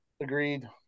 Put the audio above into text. Agreed